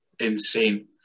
Insane